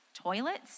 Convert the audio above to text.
toilets